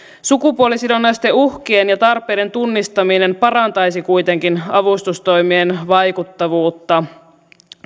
sukupuolisidonnaisten uhkien ja tarpeiden tunnistaminen parantaisi kuitenkin avustustoimien vaikuttavuutta